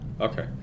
okay